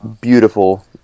beautiful